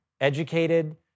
educated